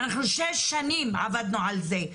אנחנו שש שנים עבדנו על זה,